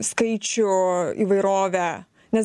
skaičių įvairovę nes